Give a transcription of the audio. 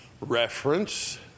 reference